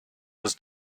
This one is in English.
was